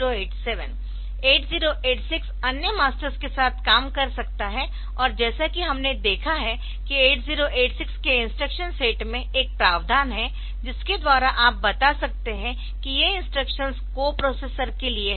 8086 अन्य मास्टर्स के साथ काम कर सकता है और जैसा कि हमने देखा है कि 8086 के इंस्ट्रक्शन सेट में एक प्रावधान है जिसके द्वारा आप बता सकते है कि ये इंस्ट्रक्शंस कोप्रोसेसर के लिए है